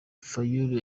fayulu